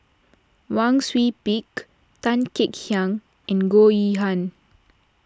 Wang Sui Pick Tan Kek Hiang and Goh Yihan